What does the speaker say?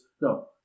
No